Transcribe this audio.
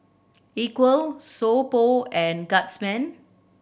Equal So Pho and Guardsman